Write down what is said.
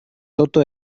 toto